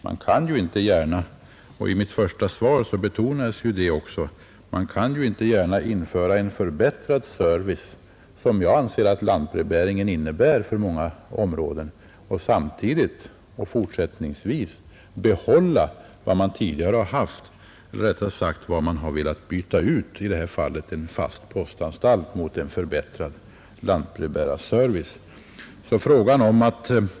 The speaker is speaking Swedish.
Man kan inte gärna, såsom jag också betonat i svaret, införa en så förbättrad service som lantbrevbäringen enligt min uppfattning i många områden utgör och samtidigt behålla de fasta postanstalterna som det just varit meningen att byta ut mot denna andra form av service.